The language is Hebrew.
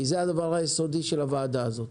כי זה הדבר היסודי של הוועדה הזאת.